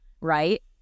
right